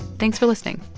thanks for listening